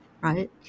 right